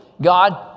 God